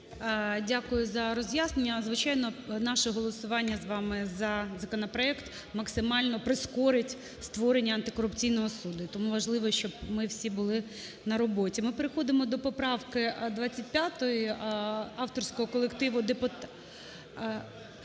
Дякую за роз'яснення. Звичайно, наше голосування з вами за законопроект максимально прискорить створення антикорупційного суду. І тому важливо, щоб ми всі були на роботі. Ми переходимо до поправки 25 авторського колективу… (Шум